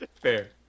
Fair